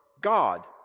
God